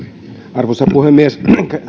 arvoisa puhemies